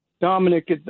Dominic